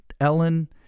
Ellen